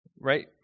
right